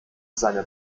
seiner